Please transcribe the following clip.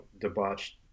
debauched